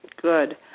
Good